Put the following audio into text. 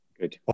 good